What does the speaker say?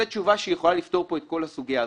זו תשובה שיכולה לפתור את כל הסוגיה.